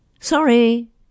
Sorry